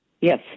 Yes